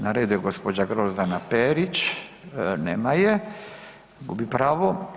Na redu je gđa. Grozdana Perić, nema je, gubi pravo.